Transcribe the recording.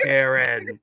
Aaron